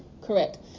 correct